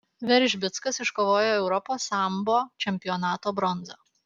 veržbickas iškovojo europos sambo čempionato bronzą